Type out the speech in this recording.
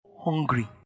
hungry